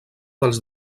dels